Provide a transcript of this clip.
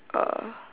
uh